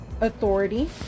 authority